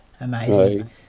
amazing